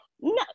No